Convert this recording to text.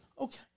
okay